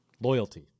loyalty